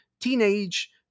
teenage